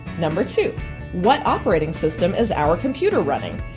number two what operating system is our computer running?